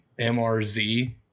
mrz